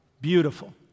beautiful